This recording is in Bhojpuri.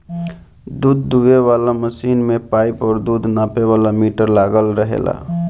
दूध दूहे वाला मशीन में पाइप और दूध नापे वाला मीटर लागल रहेला